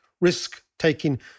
risk-taking